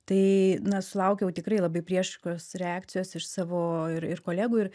tai na sulaukiau tikrai labai priešiškos reakcijos iš savo ir ir kolegų ir